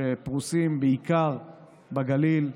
שפרוסים בעיקר בגליל.